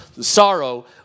sorrow